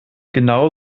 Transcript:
genau